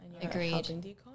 agreed